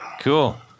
cool